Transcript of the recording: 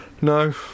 No